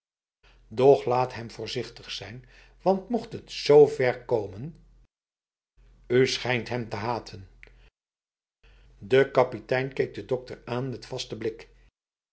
laat hem voorzichtig zijn want mocht het z ver komenb ij schijnt hem te haten de kapitein keek de dokter aan met vaste blik